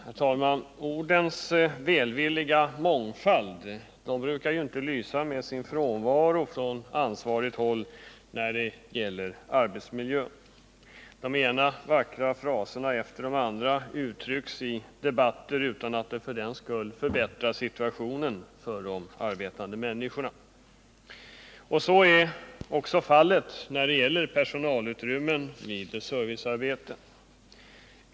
Herr talman! Ordens välvilliga mångfald brukar inte lysa med sin frånvaro från ansvarigt håll när det gäller arbetsmiljön. Den ena vackra frasen efter den andra framförs i debatten utan att det för den skull förbättrar situationen för de arbetande människorna. Så är också fallet när det gäller personalutrymmen vid servicearbeten.